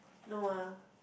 no ah